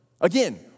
Again